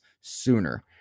sooner